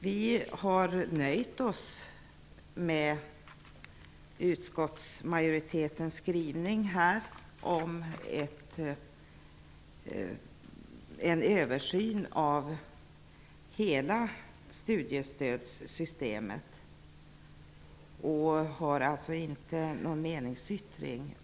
Vi har nöjt oss med utskottsmajoritetens skrivning om en översyn av hela studiestödssystemet och har alltså inte någon meningsyttring.